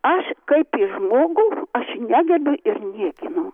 aš kaip į žmogų aš negerbiu ir niekinu